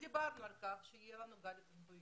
דיברנו על כך שיהיה לנו גל התאבדויות